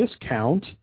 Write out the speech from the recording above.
discount